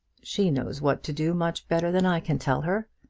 she knows what to do much better than i can tell her.